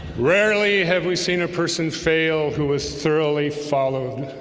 rarely have we seen a person fail who has thoroughly followed